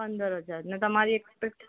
પંદર હજાર ને તમારી એક્સપેક્ટ